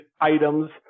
items